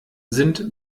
sind